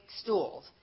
stools